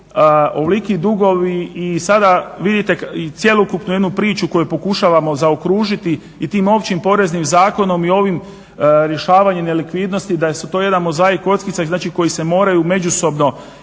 ovoliki dugovi i sada vidite i cjelokupnu jednu priču koju pokušavamo zaokružiti i tim Općim poreznim zakonom i ovim rješavanjem nelikvidnosti. Da su to jedan mozaik kockica, i znači koji se moraju međusobno